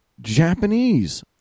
Japanese